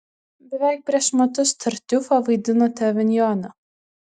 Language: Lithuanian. beveik prieš metus tartiufą vaidinote avinjone